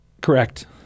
Correct